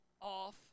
off